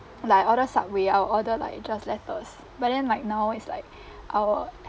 like order subway I'll order like just lettuce but then like now always like I will